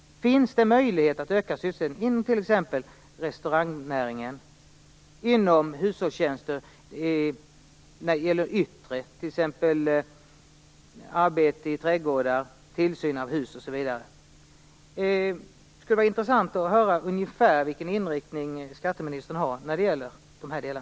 Finns det möjligheter att öka sysselsättningen inom t.ex. restaurangnäringen, hushållstjänster eller trädgårdsarbete, tillsyn av hus? Det skulle vara intressant att höra ungefär vilken inriktning skatteministern har i dessa delar.